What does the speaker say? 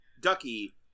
Ducky